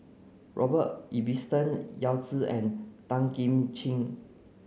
Robert Ibbetson Yao Zi and Tan Kim Ching